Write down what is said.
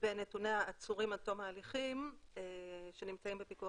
בנתוני עצורים עד תום ההליכים שנמצאים בפיקוח